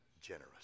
generous